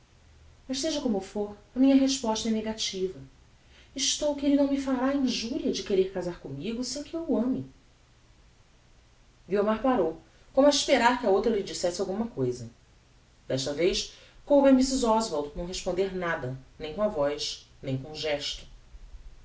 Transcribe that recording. seja como for a minha resposta é negativa estou que elle não me fará a injuria de querer casar commigo sem que eu o ame guiomar parou como a esperar que a outra lhe dissesse alguma cousa desta vez coube a mrs oswald não responder nada nem com a voz nem com o gesto